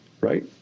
right